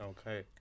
Okay